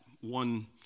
one